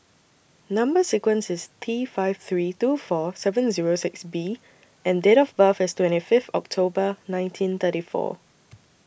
Number sequence IS T five three two four seven Zero six B and Date of birth IS twenty Fifth October nineteen thirty four